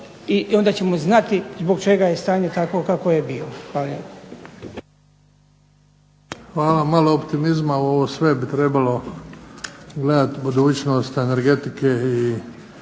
i onda ćemo znati zbog čega je stanje takvo kakvo je bilo. Hvala lijepo. **Bebić, Luka (HDZ)** Hvala. Malo optimizma u ovo sve bi trebalo gledati budućnost energetike i